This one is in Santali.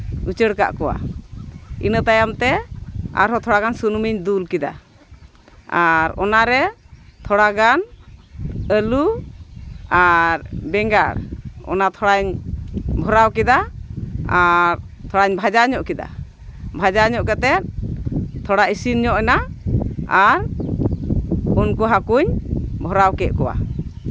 ᱩᱪᱟᱹᱲ ᱠᱟᱜ ᱠᱚᱣᱟ ᱤᱱᱟᱹ ᱛᱟᱭᱚᱢ ᱛᱮ ᱟᱨᱦᱚᱸ ᱛᱷᱚᱲᱟᱜᱟᱱ ᱥᱩᱱᱩᱢᱤᱧ ᱫᱩᱞ ᱠᱮᱫᱟ ᱟᱨ ᱚᱱᱟᱨᱮ ᱛᱷᱚᱲᱟᱜᱟᱱ ᱟᱹᱞᱩ ᱟᱨ ᱵᱮᱸᱜᱟᱲ ᱚᱱᱟ ᱛᱷᱚᱲᱟᱧ ᱵᱷᱚᱨᱟᱣ ᱠᱮᱫᱟ ᱟᱨ ᱛᱷᱚᱲᱟᱧ ᱵᱷᱟᱡᱟ ᱧᱚᱜ ᱠᱮᱫᱟ ᱵᱷᱟᱡᱟ ᱧᱚᱜ ᱠᱟᱛᱮᱫ ᱛᱷᱚᱲᱟ ᱤᱥᱤᱱ ᱧᱚᱜ ᱮᱱᱟ ᱟᱨ ᱩᱱᱠᱩ ᱦᱟᱹᱠᱩᱧ ᱵᱷᱚᱨᱟᱣ ᱠᱮᱜ ᱠᱚᱣᱟ